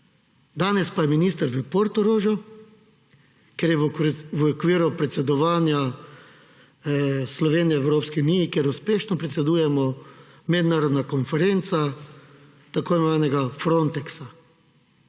Danes pa je minister v Portorožu, ker je v okviru predsedovanja Slovenije Evropski uniji, kjer uspešno predsedujemo, mednarodna konferenca tako imenovanega Frontexa.